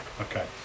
Okay